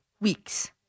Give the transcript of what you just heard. weeks